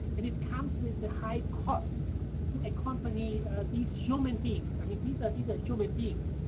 and it comes with a high cost to accompany these human beings. i mean, these ah these are human beings.